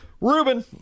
Ruben